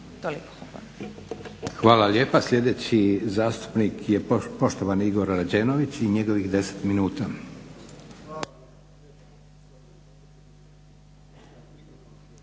hvala lijepa. Sljedeći zastupnik je poštovani Igor Rađenović i njegovih 10 minuta.